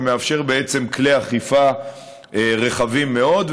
וזה מאפשר בעצם כלי אכיפה רחבים מאוד.